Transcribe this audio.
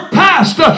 past